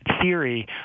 theory